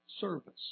service